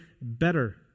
better